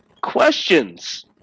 Questions